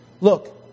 Look